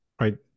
right